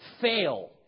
Fail